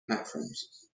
platforms